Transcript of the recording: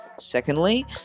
Secondly